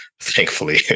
thankfully